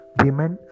women